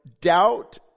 doubt